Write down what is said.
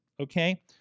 Okay